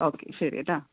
okay ശരി കേട്ടോ